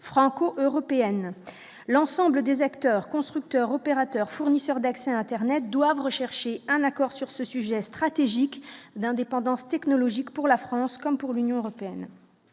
franco-européenne l'ensemble des acteurs, constructeurs, opérateurs, fournisseurs d'accès internet doivent rechercher un accord sur ce sujet stratégique d'indépendance technologique pour la France comme pour l'Union européenne